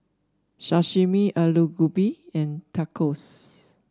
Sashimi Alu Gobi and Tacos